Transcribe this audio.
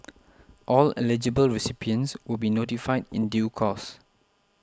all eligible recipients will be notified in due course